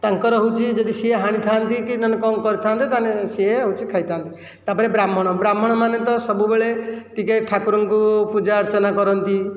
ତାଙ୍କର ହେଉଛି ଯଦି ସିଏ ହାଣିଥା'ନ୍ତି କି ନହେଲେ କଣ କରିଥା'ନ୍ତେ ତାହେଲେ ସିଏ ହେଉଛି ଖାଇଥା'ନ୍ତେ ତା'ପରେ ବ୍ରାହ୍ମଣ ବ୍ରାହ୍ମଣମାନେ ତ ସବୁବେଳେ ଟିକିଏ ଠାକୁରଙ୍କୁ ପୂଜା ଅର୍ଚ୍ଚନା କରନ୍ତି